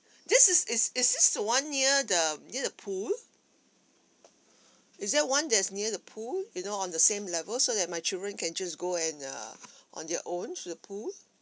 this is is is this the one near the near the pool is there one that's near the pool you know on the same level so that my children can just go and uh on their own to the pool